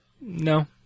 No